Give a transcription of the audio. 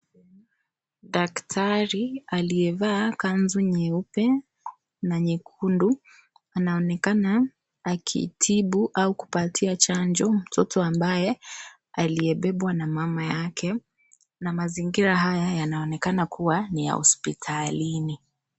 Daktari aliyevaa kanzu nyeupe na nyekundu, anaonekana akitibu au kupatia chanjo mtoto ambaye aliyebebwa na mama yake, na mazingira haya yanaonekana kuwa ni ya hospitalini.